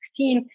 2016